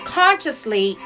consciously